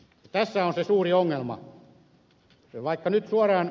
tässä on se suuri ongelma